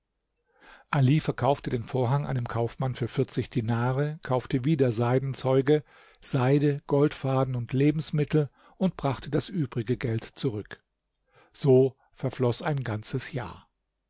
ali verkaufte den vorhang einem kaufmann für vierzig dinare kaufte wieder seidenzeuge seide goldfaden und lebensmittel und brachte das übrige geld zurück so verfloß ein ganzes jahr